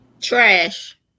Trash